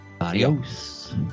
Adios